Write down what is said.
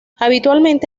habitualmente